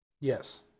Yes